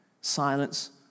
silence